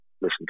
listen